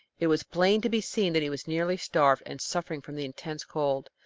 it was plain to be seen that he was nearly starved, and suffering from the intense cold.